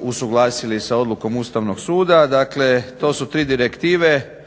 usuglasili sa odlukom Ustavnog suda. Dakle, to su tri direktive,